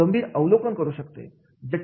गंभीर अवलोकन करू शकते